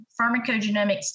pharmacogenomics